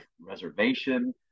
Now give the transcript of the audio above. reservation